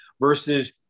versus